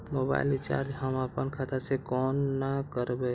Mobile recharge हम आपन खाता से कोना करबै?